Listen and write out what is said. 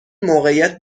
موقعیت